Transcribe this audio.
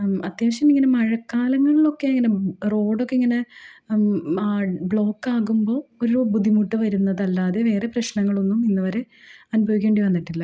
അത്യാവശ്യം ഇങ്ങനെ മഴക്കാലങ്ങളിലൊക്കെ ഇങ്ങനെ റോഡൊക്കെ ഇങ്ങനെ ബ്ലോക്കാകുമ്പോൾ ഒരു ബുദ്ധിമുട്ട് വരുന്നതല്ലാതെ വേറെ പ്രശ്നങ്ങളൊന്നും ഇന്നുവരെ അനുഭവിക്കേണ്ടി വന്നിട്ടില്ല